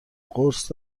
قرص